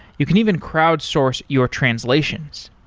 you can even crowd source your translations.